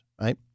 right